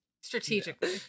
strategically